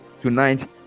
tonight